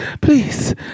please